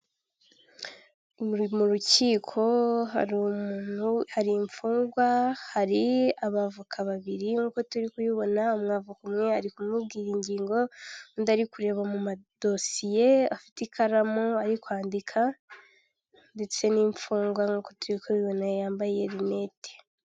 Mu rukiko hari umuntu hari imfungwa hari abavoka babiri nkuko turi kubibona umwavoka umwe ari kumubwira ingingo undi ari kureba mu madosiye afite ikaramu ari kwandika ndetse n'imfungwa nkuko turi kubibona yambaye rinete.